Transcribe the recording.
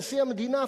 נשיא המדינה,